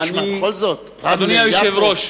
תשמע, בכל זאת, אדוני היושב-ראש,